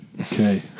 Okay